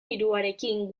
diruarekin